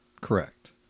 Correct